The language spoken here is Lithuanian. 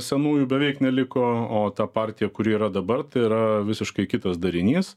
senųjų beveik neliko o ta partija kuri yra dabar tai yra visiškai kitas darinys